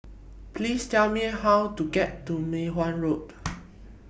Please Tell Me How to get to Mei Hwan Road